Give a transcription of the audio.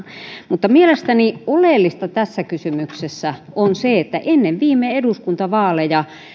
mutta mielestäni oleellista tässä kysymyksessä on se että ennen viime eduskuntavaaleja